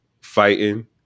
fighting